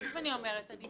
שוב אני אומרת: אני